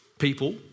People